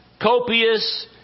copious